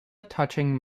touching